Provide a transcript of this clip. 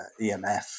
EMF